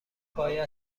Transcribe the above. باید